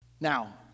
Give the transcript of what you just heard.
Now